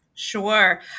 Sure